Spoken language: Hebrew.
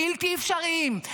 בלתי אפשריים,